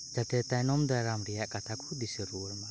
ᱡᱟᱛᱮ ᱛᱟᱭᱱᱚᱢ ᱫᱟᱨᱟᱢ ᱨᱮᱭᱟᱜ ᱠᱟᱛᱷᱟ ᱠᱚ ᱫᱤᱥᱟᱹ ᱨᱩᱣᱟᱹᱲ ᱢᱟ